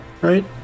right